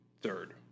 third